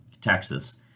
Texas